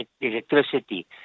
electricity